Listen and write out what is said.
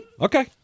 Okay